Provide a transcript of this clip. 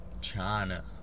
China